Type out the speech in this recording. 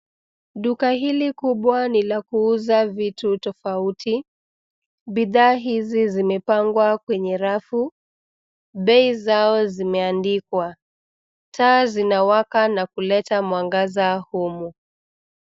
Duka hili kubwa ni la kuuza vitu tofauti. Bidhaa hizi zimepangwa kwenye rafu. Bei zao zimeandikwa. Taa zinawaka na kuleta mwangaza humu.